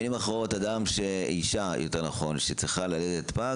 אישה שצריכה ללדת פג,